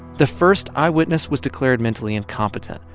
the first eyewitness was declared mentally incompetent,